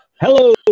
Hello